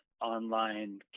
online